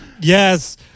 Yes